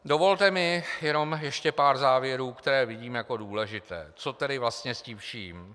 Dovolte mi jenom ještě pár závěrů, které vidím jako důležité, co tedy vlastně s tím vším.